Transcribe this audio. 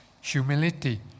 humility